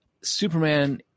Superman